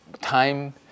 time